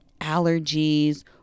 allergies